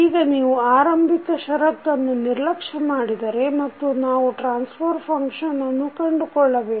ಈಗ ನೀವು ಆರಂಭಿಕ ಷರತ್ತನ್ನು ನಿರ್ಲಕ್ಷ್ಯ ಮಾಡಿದರೆ ಮತ್ತು ನಾವು ಟ್ರಾನ್ಸಫರ್ ಫಂಕ್ಷನ್ ಅನ್ನು ಕಂಡುಕೊಳ್ಳಬೇಕು